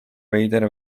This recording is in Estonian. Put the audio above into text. veider